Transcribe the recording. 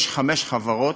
יש חמש חברות,